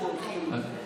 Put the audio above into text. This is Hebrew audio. עד איפה הולכים.